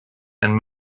and